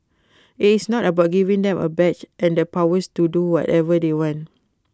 IT is not about giving them A badge and the powers to do whatever they want